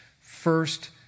first